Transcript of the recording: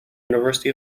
university